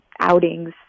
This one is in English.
outings